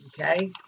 Okay